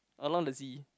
a lot of Z